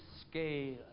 scale